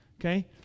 okay